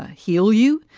ah heal you?